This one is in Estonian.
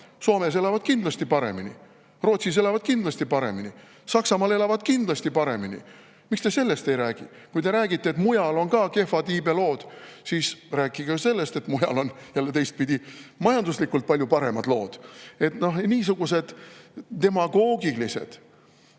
Soomes elavad kindlasti paremini, Rootsis elavad kindlasti paremini, Saksamaal elavad kindlasti paremini. Miks te sellest ei räägi? Kui te räägite, et mujal on samuti kehvad iibelood, siis rääkige ka sellest, et mujal on jälle teistpidi majanduslikult palju paremad lood. Te olete